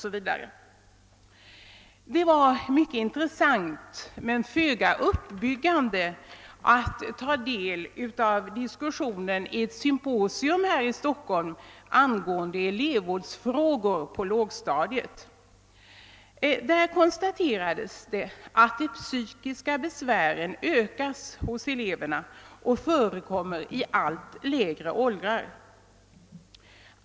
S. V. Det var mycket intressant men föga uppbyggligt att ta del av den diskussion som fördes under ett symposium här i Stockholm angående elevvårdsfrågor på lågstadiet. Där konstaterades, att de psykiska besvären hos eleverna ökat och förekommer i allt lägre åldrar.